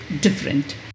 different